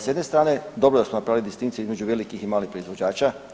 S jedne strane dobro je da smo napravili distinkcije između velikih i malih proizvođača.